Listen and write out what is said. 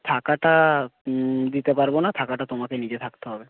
থাকাটা দিতে পারব না থাকাটা তোমাকে নিজে থাকতে হবে